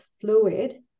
fluid